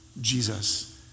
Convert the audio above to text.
Jesus